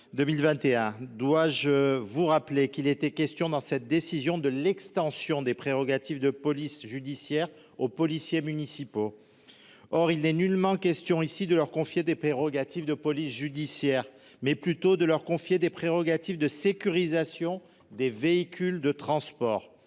Dois je vous rappeler qu’il était question, dans cette décision, de l’extension des prérogatives de police judiciaire aux policiers municipaux ? Or il n’est nullement question, ici, de leur confier des prérogatives de police judiciaire ; il s’agit plutôt de leur accorder des prérogatives de sécurisation des véhicules de transport.